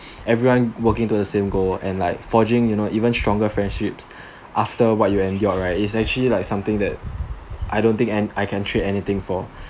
everyone working towards the same goal and like forging you know even stronger friendships after what you endured right is actually like something that I don't think I I can trade anything for